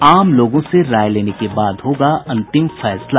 आम लोगों से राय लेने के बाद होगा अंतिम फैसला